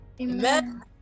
Amen